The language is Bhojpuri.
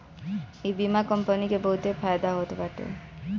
इ बीमा कंपनी के बहुते फायदा होत बाटे